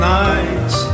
nights